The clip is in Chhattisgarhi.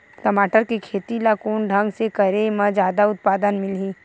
टमाटर के खेती ला कोन ढंग से करे म जादा उत्पादन मिलही?